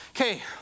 Okay